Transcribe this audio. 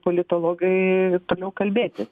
politologai toliau kalbėtis